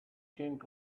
king